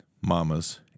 mamas